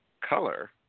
color